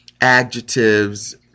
adjectives